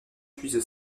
puise